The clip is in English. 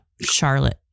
charlotte